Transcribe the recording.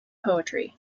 poetry